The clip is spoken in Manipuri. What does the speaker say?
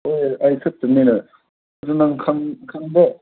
ꯍꯣꯏ ꯑꯩ ꯈꯛꯇꯅꯤꯅ ꯑꯗꯨ ꯅꯪ ꯈꯪꯗꯦ